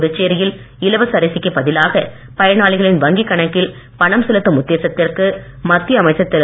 புதுச்சேரியில் இலவச அரிசிக்கு பதிலாக பயனாளிகளின் வங்கிக் கணக்கில் பணம் செலுத்தும் உத்தேசத்திற்கு மத்திய அமைச்சர் திரு